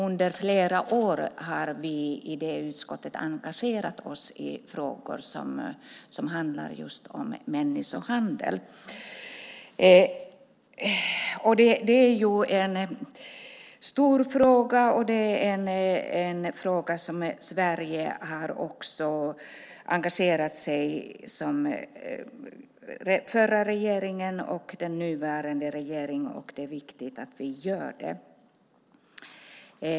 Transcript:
Under flera år har vi i det utskottet engagerat oss i frågor som handlar om människohandel. Det är en stor fråga som den nuvarande regeringen och den förra regeringen i Sverige har engagerat sig i, och det är viktigt att vi gör det.